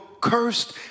cursed